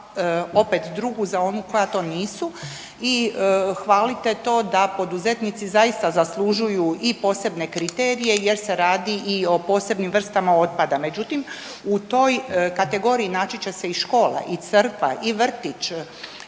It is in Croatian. opet drugu za onu koja to nisu i hvalite to da poduzetnici zaista zaslužuju i posebne kriterije jer se radi o posebnim vrstama otpada. Međutim, u toj kategoriji naći će se i škola i crkva i vrtić